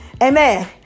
Amen